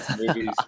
movies